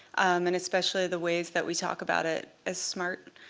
and especially the ways that we talk about it as smart.